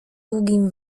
długim